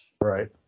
Right